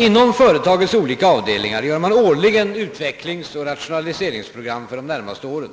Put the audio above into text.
Inom företagets olika avdelningar gör man årligen utvecklingsoch rationaliseringsprogram för de närmaste åren.